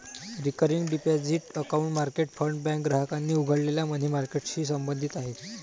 recurring deposit account market fund bank ग्राहकांनी उघडलेल्या money मार्केटशी संबंधित आहे